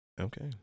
Okay